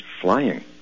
flying